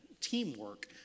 teamwork